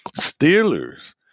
Steelers